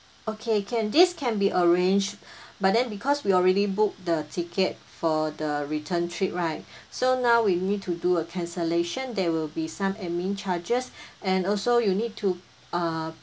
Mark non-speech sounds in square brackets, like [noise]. okay can this can be arranged [breath] but then because we already book the ticket for the return trip right [breath] so now we need to do a cancellation there will be some admin charges [breath] and also you need to uh